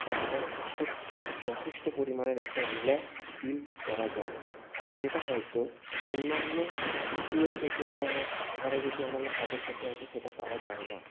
একটা সত্যিই যথেষ্ট পরিমাণের একটা রিল্যাক্স ফিল করা যায় যেটা হয়তো অন্যান্য শুয়ে থেকে বা ঘরে বসে অন্যান্য কাজের ক্ষেত্রে হয়তো সেটা পাওয়া যায় না